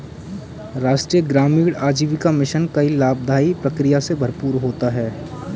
राष्ट्रीय ग्रामीण आजीविका मिशन कई लाभदाई प्रक्रिया से भरपूर होता है